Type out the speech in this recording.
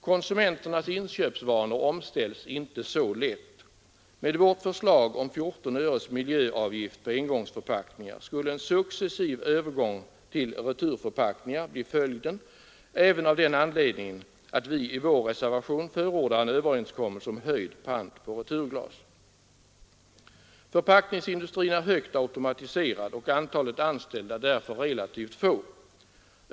Konsumenternas inköpsvanor omställs inte så lätt. Med vårt förslag om 14 öres miljöavgift på engångsförpackningar skulle en successiv övergång till returförpackningar bli följden även av den anledningen att vi i vår reservation förordar en överenskommelse om höjd pant på returglas. Förpackningsindustrin är högt automatiserad och antalet anställda därför relativt få.